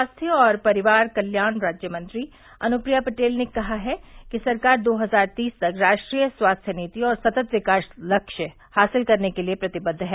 स्वास्थ्य और परिवार कल्याण राज्यमंत्री अनुप्रिया पटेल ने कहा है कि सरकार दो हजार तीस तक राष्ट्रीय स्वास्थ्य नीति और सतत् विकास लक्ष्य हासिल करने के लिए प्रतिबद्द है